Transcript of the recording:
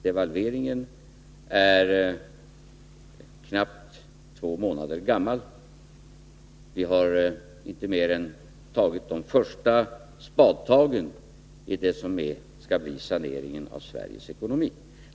Devalveringen är knappt två månader gammal. Vi har inte mer än tagit de första spadtagen i det som skall bli saneringen av Sveriges ekonomi.